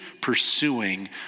pursuing